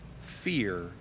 fear